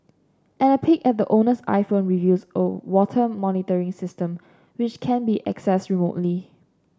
and a peek at the owner's iPhone reveals a water monitoring system which can be accessed remotely